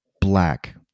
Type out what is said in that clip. Black